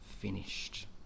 finished